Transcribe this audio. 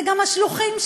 זה גם השלוחים שלו,